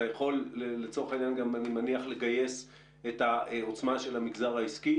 אני מניח שאתה יכול לצורך העניין לגייס את העוצמה של המגזר העסקי